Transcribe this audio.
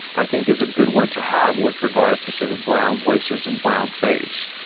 i think is a good one to have with regard to sort of brown voices and brown face.